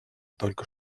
только